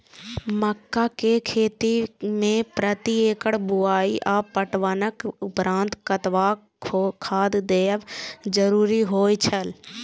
मक्का के खेती में प्रति एकड़ बुआई आ पटवनक उपरांत कतबाक खाद देयब जरुरी होय छल?